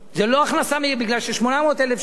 זו לא הכנסה מיגיע כפיים,